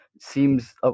seems